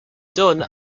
done